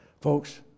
Folks